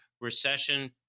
recession